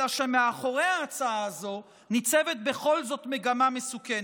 אלא שמאחורי ההצעה הזו ניצבת בכל זאת מגמה מסוכנת,